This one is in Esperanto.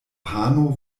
pano